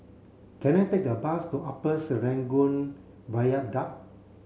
can I take a bus to Upper Serangoon Viaduct